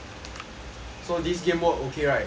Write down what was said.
so this game mode okay right